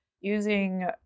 using